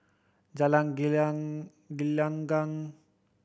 Jalan Gelenggang